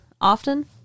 often